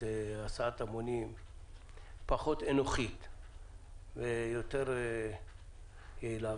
הסעת המונים פחות אנוכית ויותר יעילה.